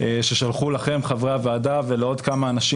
ששלחו לכם חברי הוועדה ולעוד כמה אנשים